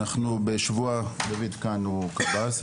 הוא קב"ס.